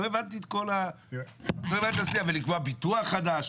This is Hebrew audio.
לא הבנתי, ולקבוע ביטוח חדש.